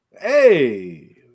Hey